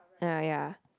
uh ya